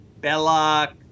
Belloc